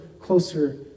closer